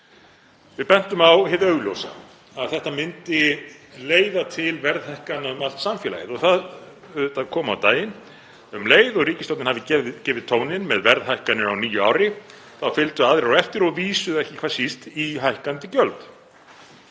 Við bentum á hið augljósa, að þetta myndi leiða til verðhækkana um allt samfélagið og það auðvitað kom á daginn. Um leið og ríkisstjórnin hafði gefið tóninn með verðhækkanir á nýju ári þá fylgdu aðrir á eftir og vísuðu ekki síst í hækkandi gjöld.